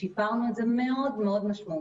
ושיפרנו את זה מאוד-מאוד משמעותית,